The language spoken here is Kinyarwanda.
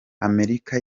amerika